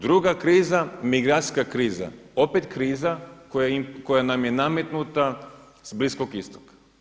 Druga kriza, migracijska kriza, opet kriza koja nam je nametnuta s Bliskog Istoka.